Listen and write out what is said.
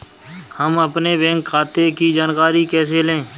हम अपने बैंक खाते की जानकारी कैसे लें?